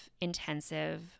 intensive